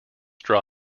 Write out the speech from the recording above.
draw